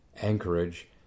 Anchorage